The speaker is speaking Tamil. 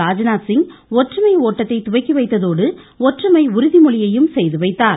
ராஜ்நாத்சிங் ஒற்றுமை ஓட்டத்தை துவக்கி வைத்ததோடு ஒற்றுமை உறுதிமொழியையும் செய்துவைத்தார்